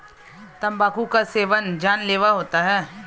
तंबाकू का सेवन जानलेवा होता है